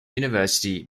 university